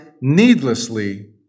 needlessly